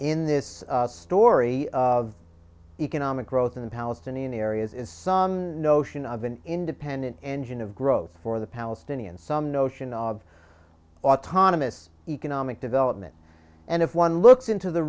in this story of economic growth in the palestinian areas is some notion of an independent engine of growth for the palestinians some notion of autonomous economic development and if one looks into the